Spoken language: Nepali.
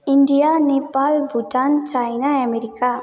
India Nepal Bhutan China America